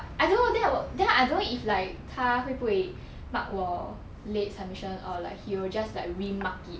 I don't know that were then I don't know if like 他会不会 mark 我 late submission or like he'll just like remark it